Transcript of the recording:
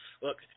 Look